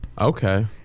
Okay